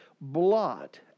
blot